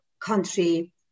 country